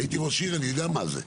הייתי ראש עיר, אני יודע מה זה.